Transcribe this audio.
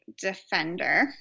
defender